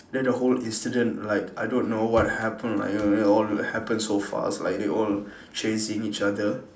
then the whole incident like I don't know what happened like you know all all happened so fast like they all chasing each other